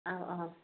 ꯑꯥꯎ ꯑꯥꯎ